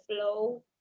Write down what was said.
flow